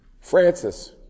Francis